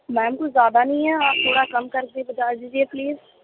میم کچھ زیادہ نہیں ہے آپ تھوڑا کم کر کے بتا دیجیے پلیز